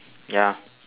ya